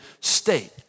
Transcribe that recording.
state